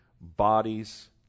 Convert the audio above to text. bodies